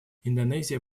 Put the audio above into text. индонезия